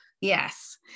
Yes